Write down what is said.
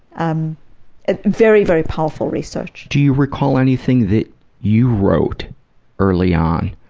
um ah very, very powerful research. do you recall anything that you wrote early on